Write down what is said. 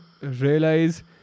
realize